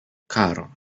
karo